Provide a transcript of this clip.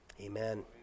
Amen